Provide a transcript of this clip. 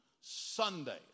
Sunday